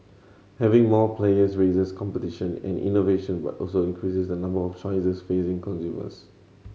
having more players raises competition and innovation but also increases the number of choices facing consumers